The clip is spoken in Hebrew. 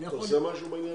אתה עושה משהו בעניין